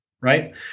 right